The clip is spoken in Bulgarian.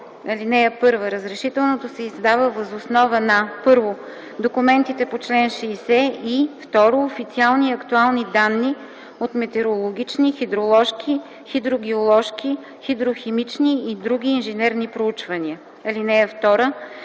59. (1) Разрешителното се издава на основата на: 1. документите по чл. 60, и 2. официални и актуални данни от метеорологични, хидроложки, хидрогеоложки, хидрохимични и други инженерни проучвания. (2)